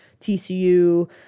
TCU